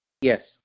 Yes